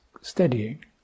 steadying